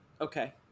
Okay